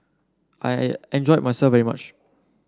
I enjoyed myself very much